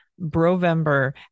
brovember